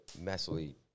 massively